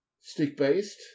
stick-based